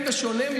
יא שקרן,